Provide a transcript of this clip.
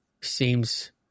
seems